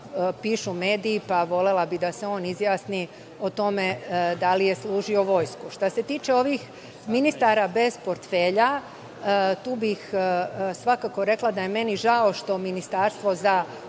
pišu mediji, pa, volela bih da se on izjasni o tome da li je služio vojsku. Što se tiče ovih ministara bez portfelja, tu bih svakako rekla da je meni žao što ministarstvo za